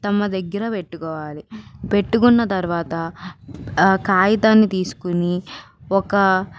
తమ దగ్గర పెట్టుకోవాలి పెట్టుకున్న తర్వాత ఆ కాగితాన్ని తీసుకుని ఒక